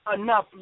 enough